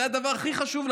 זה הדבר הכי חשוב,